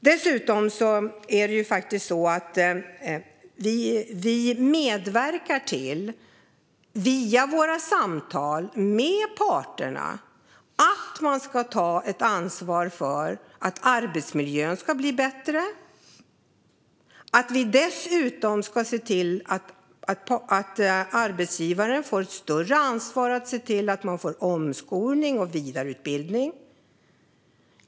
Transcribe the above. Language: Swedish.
Dessutom medverkar vi, via våra samtal med parterna, till att man ska ta ett ansvar för att arbetsmiljön ska bli bättre och att vi dessutom ska se till att arbetsgivaren får ett större ansvar för att man ska få omskolning och vidareutbildning.